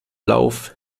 lauf